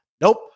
Nope